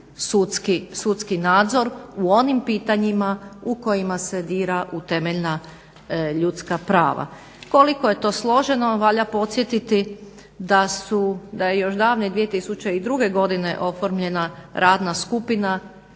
sudski nadzor u onim pitanjima u kojima se dira u temeljna ljudska prava. Koliko je to složeno valja podsjetiti da je još davne 2002. godine oformljena radna skupina